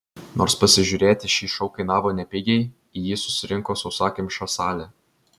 nors pasižiūrėti šį šou kainavo nepigiai į jį susirinko sausakimša salė